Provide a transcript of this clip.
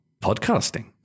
podcasting